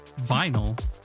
vinyl